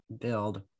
build